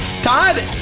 Todd